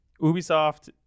ubisoft